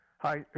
Hi